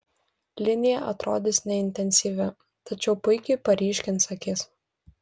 linija atrodys neintensyvi tačiau puikiai paryškins akis